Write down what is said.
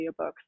audiobooks